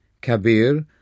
Kabir